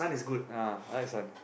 ah I like Sun